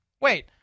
Wait